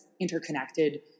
interconnected